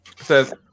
says